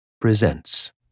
presents